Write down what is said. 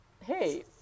hey